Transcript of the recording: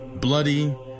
bloody